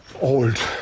Old